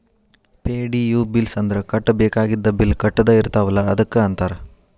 ಪೆ.ಡಿ.ಯು bills ಅಂದ್ರ ಕಟ್ಟಬೇಕಾಗಿದ್ದ bill ಕಟ್ಟದ ಇರ್ತಾವಲ ಅದಕ್ಕ ಅಂತಾರ